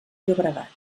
llobregat